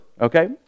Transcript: okay